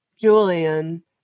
julian